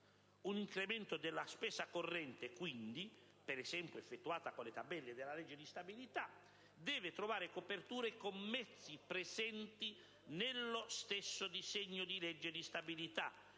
Un incremento della spesa corrente, quindi, per esempio effettuata con le tabelle della legge di stabilità, deve trovare coperture con mezzi presenti nello stesso disegno di legge di stabilità